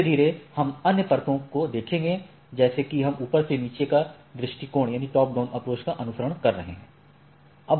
धीरे धीरे हम अन्य परतों को देखेंगे जैसे कि हम ऊपर से नीचे का दृष्टिकोण का अनुसरण कर रहे हैं